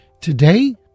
Today